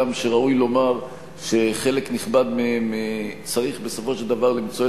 הגם שראוי לומר שחלק נכבד מהם צריך בסופו של דבר למצוא